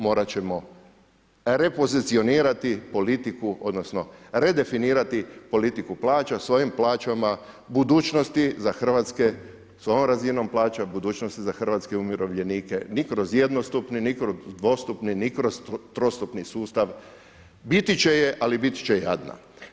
Morati ćemo repozicionirati politiku, odnosno redefinirati politiku plaća s ovim plaćama budućnosti za hrvatske, s ovom razinom plaća budućnosti za hrvatske umirovljenike, ni kroz jednostupni, ni kroz dvostupni, ni kroz trostupni sustav, biti će je ali biti će jadna.